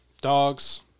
dogs